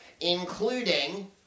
including